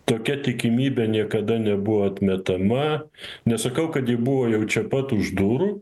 tokia tikimybė niekada nebuvo atmetama nesakau kad ji buvo jau čia pat už durų